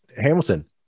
Hamilton